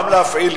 גם להפעיל,